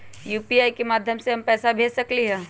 UPI के माध्यम से हम पैसा भेज सकलियै ह?